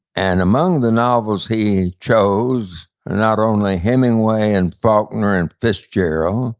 and among the novels he chose, not only hemingway and faulkner and fitzgerald,